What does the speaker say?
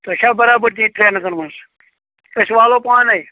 تۄہہِ چھا برابردی ترٛیٚن ہَتَن منٛز أسۍ والو پانَے